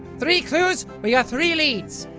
three clues! we got three leads!